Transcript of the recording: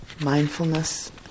Mindfulness